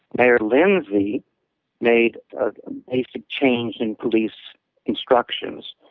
mayor lindsay made a change in police instructions,